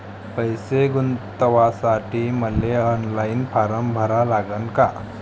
पैसे गुंतवासाठी मले ऑनलाईन फारम भरा लागन का?